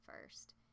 first